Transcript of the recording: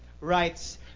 rights